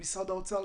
למשרד האוצר,